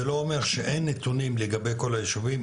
זה לא אומר שאין נתונים לגבי כל היישובים,